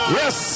yes